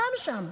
חם שם,